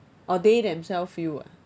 orh they themself feel ah